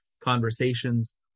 conversations